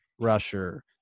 rusher